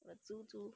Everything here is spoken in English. my 猪猪